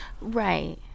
Right